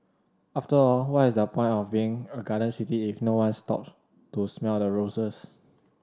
after all what is the point of being a garden city if no one stop to smell the roses